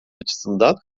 açısından